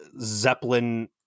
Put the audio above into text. Zeppelin